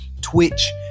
Twitch